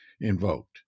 invoked